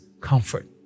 comfort